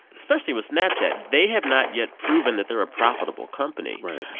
especially with snapchat. they have not yet proven that they're a profitable company right